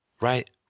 right